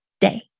day